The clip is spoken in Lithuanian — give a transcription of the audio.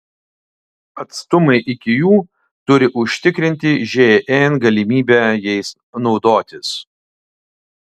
atstumai iki jų turi užtikrinti žn galimybę jais naudotis